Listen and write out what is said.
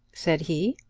said he.